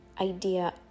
idea